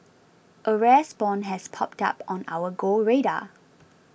a rare spawn has popped up on our Go radar